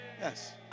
Yes